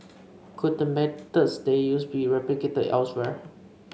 could the methods they used be replicated elsewhere